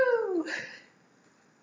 !woo!